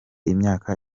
imyaka